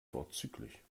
vorzüglich